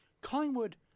Collingwood